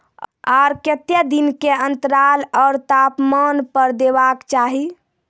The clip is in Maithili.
आर केते दिन के अन्तराल आर तापमान पर देबाक चाही?